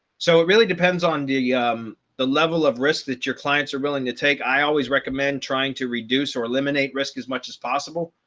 so it really depends on the yeah um the level of risk that your clients are willing to take, i always recommend trying to reduce or eliminate risk as much as possible.